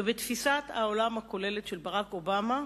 ובתפיסת העולם הכוללת של ברק אובמה,